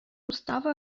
уставу